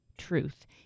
Truth